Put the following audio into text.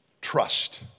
trust